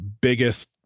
biggest